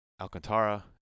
Alcantara